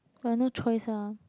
but no choice lah